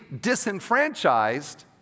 disenfranchised